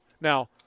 Now